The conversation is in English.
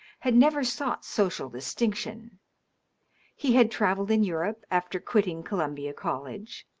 had never sought social distinction he had travelled in europe after quitting columbia college,